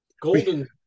Golden